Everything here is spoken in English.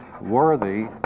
worthy